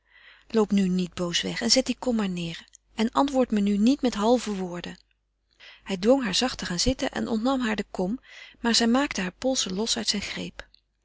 loop nu niet boos weg en zet die kom maar neêr en antwoord me nu niet met halve woorden hij dwong haar zacht te gaan zitten en ontnam haar de kom maar zij maakte heure polsen los uit zijn greep